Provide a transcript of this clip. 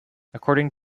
according